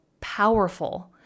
powerful